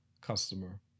customer